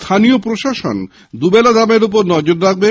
স্থানীয় প্রশাসন দুবেলা দামের ওপর নজর রাখবে